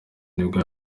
nibwo